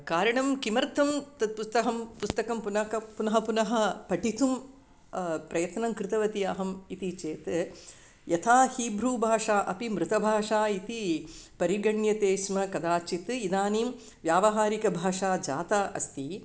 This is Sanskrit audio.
कारणं किमर्थं तत् पुस्तकं पुस्तकं पुनः पुनः पुनः पठितुं प्रयत्नं कृतवती अहं इति चेत् यथा हीब्रू भाषा अपि मृतभाषा इति परिगण्यते स्म कदाचित् इदानीं व्यावहारिकभाषा जाता अस्ति